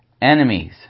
enemies